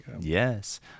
Yes